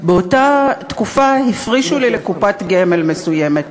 באותה תקופה הפרישו לי לקופת גמל מסוימת.